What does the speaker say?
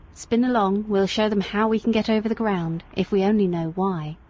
spin along, we'll show them how we can get over the ground, if we only know why.